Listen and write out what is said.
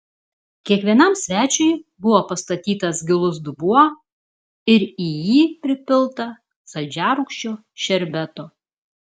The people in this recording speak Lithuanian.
kiekvienam svečiui buvo pastatytas gilus dubuo ir į jį pripilta saldžiarūgščio šerbeto